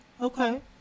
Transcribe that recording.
okay